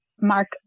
Mark